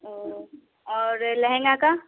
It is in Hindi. औ और लहंगे का